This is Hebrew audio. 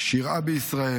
שאירעה בישראל.